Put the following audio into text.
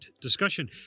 discussion